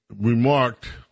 remarked